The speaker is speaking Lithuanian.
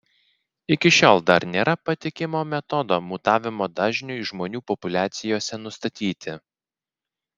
iki šiol dar nėra patikimo metodo mutavimo dažniui žmonių populiacijose nustatyti